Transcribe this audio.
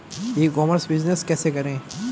ई commerce business कैसे करें?